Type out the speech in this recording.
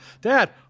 dad